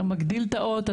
אתה מגדיל את האות,